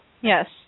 Yes